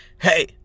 hey